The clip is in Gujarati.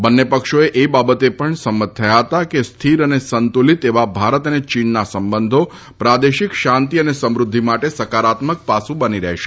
બંને પક્ષો એ બાબતે પણ સંમત થયા હતા કે સ્થિર અને સંતુલિત એવા ભારત અને ચીનના સંબંધો પ્રાદેશિક શાંતિ અને સમૃદ્ધિ માટે સકારાત્મક પાસુ બની રહેશે